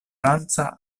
franca